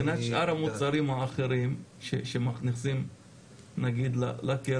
מבחינת שאר המוצרים האחרים שמכניסים לקרן,